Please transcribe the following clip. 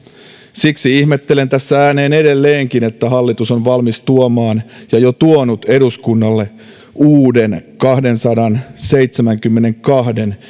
siksi ihmettelen tässä ääneen edelleenkin että hallitus on valmis tuomaan ja on jo tuonut eduskunnalle uuden kahdensadanseitsemänkymmenenkahden